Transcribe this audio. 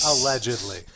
Allegedly